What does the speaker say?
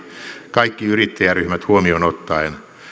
kaikki yrittäjäryhmät huomioon ottaen